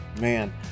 man